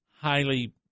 highly